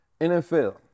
NFL